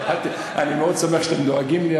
אני מאוד שמח שאתם דואגים לי,